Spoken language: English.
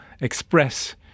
express